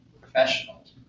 Professionals